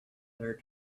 their